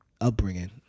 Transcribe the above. upbringing